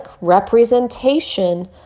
representation